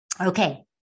Okay